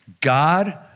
God